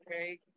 okay